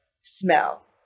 smell